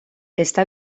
està